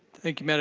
thank you mme. and